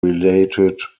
related